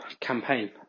campaign